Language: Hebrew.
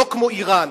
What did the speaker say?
לא כמו אירן,